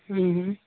ہوں ہوں